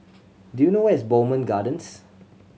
do you know where is Bowmont Gardens